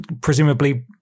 presumably